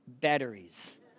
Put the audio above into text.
batteries